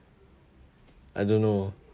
I don't know